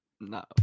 No